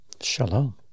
Shalom